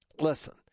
Listen